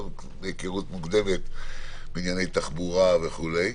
מהיכרות מוקדמת שלי איתו בענייני תחבורה וכולי.